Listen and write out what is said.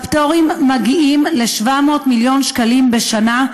הפטורים מגיעים ל-700 מיליון שקלים בשנה,